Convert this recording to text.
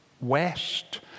west